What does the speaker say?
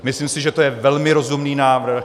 Myslím si, že to je velmi rozumný návrh.